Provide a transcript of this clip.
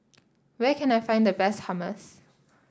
where can I find the best Hummus